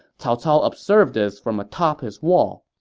cao cao observed this from atop his wall.